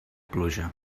pluja